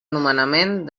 nomenament